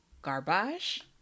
Garbage